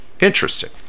Interesting